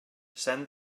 send